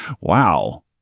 Wow